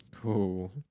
Cool